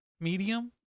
medium